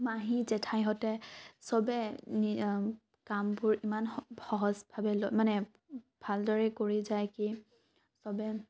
মাহী জেঠাইহঁতে চবে নি কামবোৰ ইমান স সহজভাৱে মানে ভাল দৰে কৰি যায় কি চবে